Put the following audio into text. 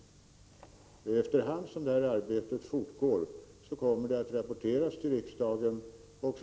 Efter hand som detta arbete fortgår kommer riksdagen att få rapporter om det.